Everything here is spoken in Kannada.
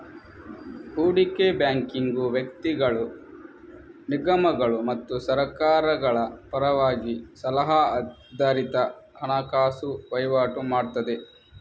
ಹೂಡಿಕೆ ಬ್ಯಾಂಕಿಂಗು ವ್ಯಕ್ತಿಗಳು, ನಿಗಮಗಳು ಮತ್ತು ಸರ್ಕಾರಗಳ ಪರವಾಗಿ ಸಲಹಾ ಆಧಾರಿತ ಹಣಕಾಸು ವೈವಾಟು ಮಾಡ್ತದೆ